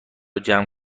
جمع